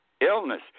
illness